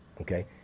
okay